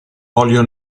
olio